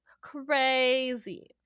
Crazy